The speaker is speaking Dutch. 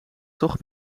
toch